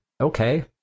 okay